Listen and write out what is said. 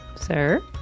Sir